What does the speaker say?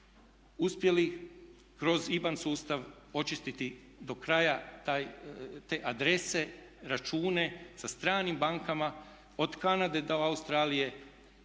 uspjeli kroz IBAN sustav očistiti do kraja te adrese, račune sa stranim bankama od Kanade do Australije